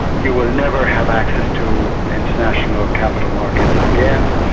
you will never have access to international capital markets again.